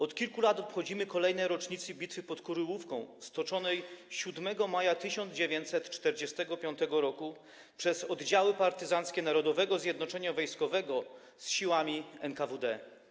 Od kilku lat obchodzimy kolejne rocznice bitwy pod Kuryłówką, stoczonej 7 maja 1945 r. przez oddziały partyzanckie Narodowego Zjednoczenia Wojskowego z siłami NKWD.